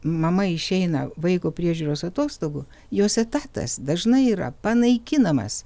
mama išeina vaiko priežiūros atostogų jos etatas dažnai yra panaikinamas